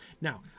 Now